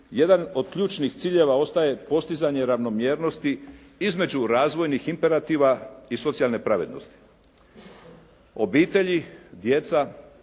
jedan od ključnih ciljeva ostaje postizanje ravnomjernosti između razvojnih imperativa i socijalne pravednosti. Obitelji, djeca,